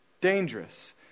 dangerous